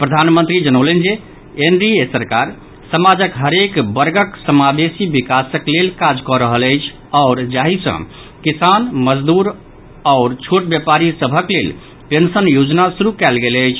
प्रधानमंत्री जनौलनि जे एनडीए सरकार समाजक हरेक वर्गक समावेशी विकासक लेल काज कऽ रहल अछि आओर जाहि सॅ किसान मजदूर आओर छोट व्यापारी सभक लेल पेंशन योजना शुरू कयल गेल अछि